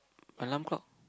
alarm clock